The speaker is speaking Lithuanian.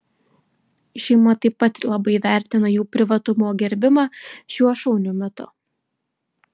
šeima taip pat labai vertina jų privatumo gerbimą šiuo šauniu metu